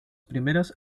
primeros